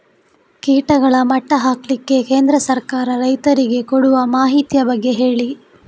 ಕೀಟಗಳ ಮಟ್ಟ ಹಾಕ್ಲಿಕ್ಕೆ ಕೇಂದ್ರ ಸರ್ಕಾರ ರೈತರಿಗೆ ಕೊಡುವ ಮಾಹಿತಿಯ ಬಗ್ಗೆ ಹೇಳಿ